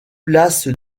place